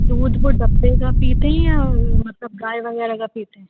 دودھ وہ ڈبے کا پیتے ہیں یا مطلب گائے وغیرہ کا پیتے ہیں